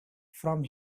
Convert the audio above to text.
from